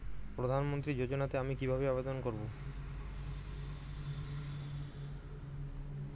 প্রধান মন্ত্রী যোজনাতে আমি কিভাবে আবেদন করবো?